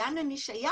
לאן אני שייך,